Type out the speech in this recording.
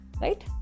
right